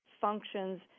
functions